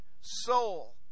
soul